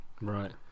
Right